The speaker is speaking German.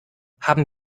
haben